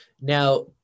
Now